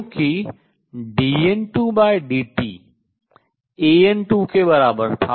क्योंकि dN2dt AN2 के बराबर था